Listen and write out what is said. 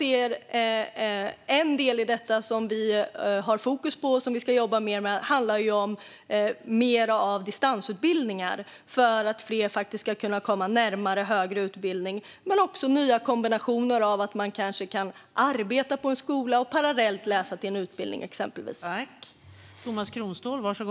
En del i detta, som vi har fokus på och ska jobba mer med, handlar om fler distansutbildningar för att fler ska komma närmare högre utbildning. Man kan också tänka sig nya kombinationer som kanske att arbeta på en skola och parallellt läsa en utbildning.